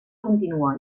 continua